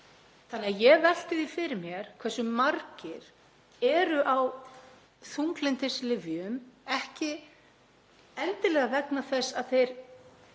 Þannig að ég velti því fyrir mér hversu margir eru á þunglyndislyfjum ekki endilega vegna þess — ég